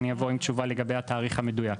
אני אבוא עם תשובה לגבי התאריך המדויק.